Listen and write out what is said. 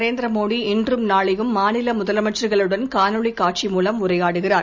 நரேந்திர மோடி இன்றும் நாளையும் மாநில முதலமைச்சர்களுடன் காணொளி காட்சி மூலம் உரையாடுகிறார்